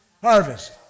Harvest